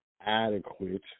adequate